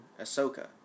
Ahsoka